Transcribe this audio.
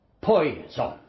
Poison